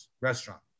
restaurant